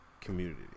community